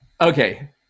okay